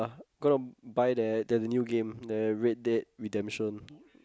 gonna buy their their new game their red dead redemption